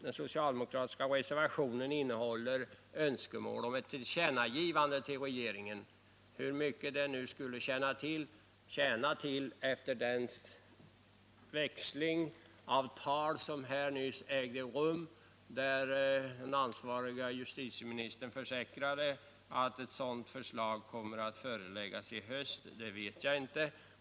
Den socialdemokratiska reservationer innehåller önskemål om ett tillkännagivande till regeringen. Hur mycket det nu skulle tjäna till vet jag inte — efter den debatt som här nyss ägde rum, där den ansvarige justitieministern försäkrade att ett sådant förslag kommer att föreläggas riksdagen i höst.